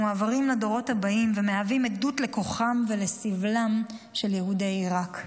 מועברים לדורות הבאים ומהווים עדות לכוחם ולסבלם של יהודי עיראק.